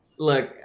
Look